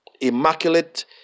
Immaculate